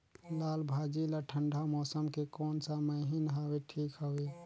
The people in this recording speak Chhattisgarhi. लालभाजी ला ठंडा मौसम के कोन सा महीन हवे ठीक हवे?